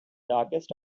darkest